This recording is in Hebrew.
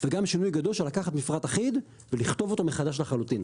וגם שינוי גדול של לקחת מפרט אחיד ולכתוב אותו מחדש לחלוטין.